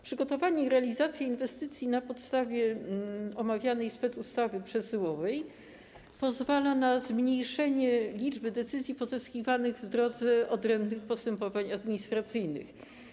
Przygotowanie i realizacja inwestycji na podstawie omawianej specustawy przesyłowej pozwala na zmniejszenie liczby decyzji pozyskiwanych w drodze odrębnych postępowań administracyjnych.